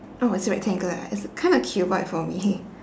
oh it's rectangle ah it's kinda cuboid for me